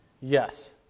Yes